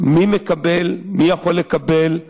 מי מקבל, מי יכול לקבל,